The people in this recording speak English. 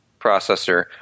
processor